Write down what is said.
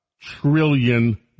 trillion